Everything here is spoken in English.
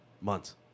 Months